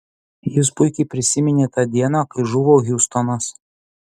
jis puikiai prisiminė tą dieną kai žuvo hiustonas